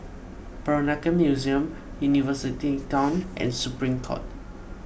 Peranakan Museum University Town and Supreme Court